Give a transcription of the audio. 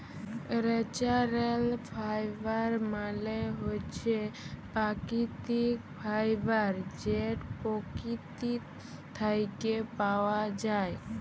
ল্যাচারেল ফাইবার মালে হছে পাকিতিক ফাইবার যেট পকিতি থ্যাইকে পাউয়া যায়